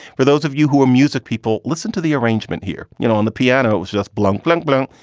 for those of you who are music people, listen to the arrangement here. you know, on the piano, it was just blank, blank, blank.